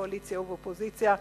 קואליציה ואופוזיציה,